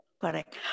Correct